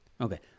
Okay